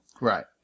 Right